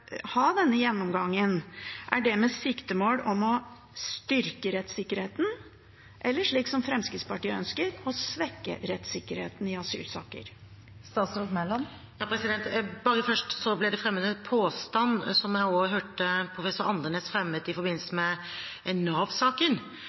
ha denne gjennomgangen, er det med siktemål om å styrke rettssikkerheten, eller, slik som Fremskrittspartiet ønsker, å svekke rettssikkerheten i asylsaker? Bare først, for det ble fremmet en påstand, som jeg også hørte professor Andenæs fremme i forbindelse